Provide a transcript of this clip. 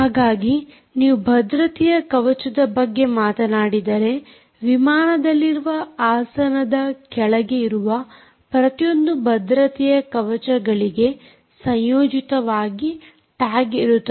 ಹಾಗಾಗಿ ನೀವು ಭದ್ರತೆಯ ಕವಚದ ಬಗ್ಗೆ ಮಾತನಾಡಿದರೆ ವಿಮಾನದಲ್ಲಿರುವ ಆಸನದ ಕೆಳಗೆ ಇರುವ ಪ್ರತಿಯೊಂದು ಭದ್ರತೆಯ ಕವಚಗಳಿಗೆ ಸಂಯೋಜಿತವಾಗಿ ಟ್ಯಾಗ್ ಇರುತ್ತದೆ